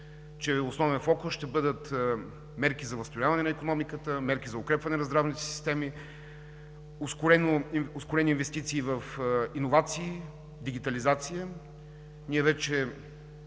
че основният фокус ще бъдат мерки за възстановяване на икономиката, мерки за укрепване на здравните системи, ускорени инвестиции в иновации, дигитализация. Ние вече